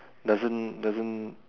doesn't doesn't